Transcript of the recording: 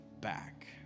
back